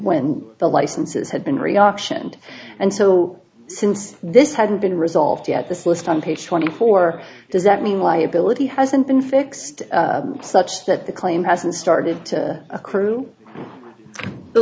when the licenses had been reaction and so since this hadn't been resolved yet this list on page twenty four does that mean liability hasn't been fixed such that the claim hasn't started to accrue the